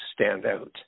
standout